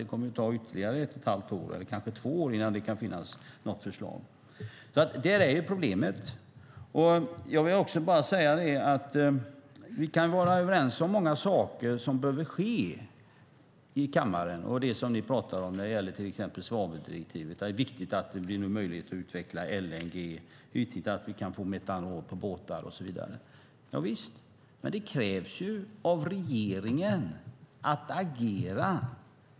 Det kommer att ta ytterligare ett och ett halvt år, eller kanske två år, innan det kan finnas något förslag. Där är problemet. Vi kan vara överens här i kammaren om många saker som behöver ske, till exempel svaveldirektivet. Det är viktigt att det blir möjligt att utveckla LNG, metanol på båtar och så vidare. Visst. Men det krävs att regeringen agerar.